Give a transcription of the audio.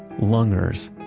lungers.